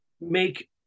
make